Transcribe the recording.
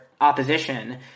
opposition